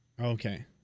Okay